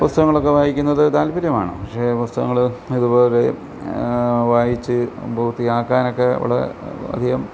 പുസ്തകങ്ങളൊക്കെ വായിക്കുന്നത് താല്പര്യമാണ് പക്ഷേ പുസ്തകങ്ങൾ ഇതുപോലെ വായിച്ച് പൂർത്തി ആക്കാനൊക്കെ വളരെ അധികം